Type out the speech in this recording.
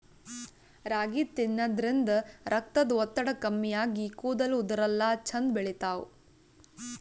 ರಾಗಿ ತಿನ್ನದ್ರಿನ್ದ ರಕ್ತದ್ ಒತ್ತಡ ಕಮ್ಮಿ ಆಗಿ ಕೂದಲ ಉದರಲ್ಲಾ ಛಂದ್ ಬೆಳಿತಾವ್